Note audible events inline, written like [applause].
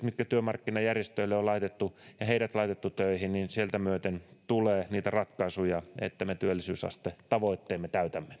[unintelligible] mitkä työmarkkinajärjestöille on laitettu heidät on laitettu töihin sieltä tulee niitä ratkaisuja että me täytämme työllisyysastetavoitteemme